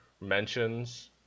mentions